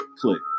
Click